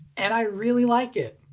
and i really like it.